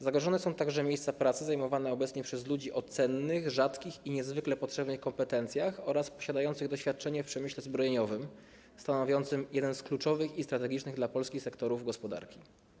Zagrożone są także miejsca pracy zajmowane obecnie przez ludzi o cennych, rzadkich i niezwykle potrzebnych kompetencjach oraz posiadających doświadczenie w przemyśle zbrojeniowym, stanowiącym jeden z kluczowych i strategicznych dla Polski sektorów gospodarki.